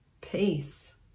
peace